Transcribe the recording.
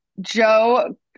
Joe